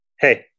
hey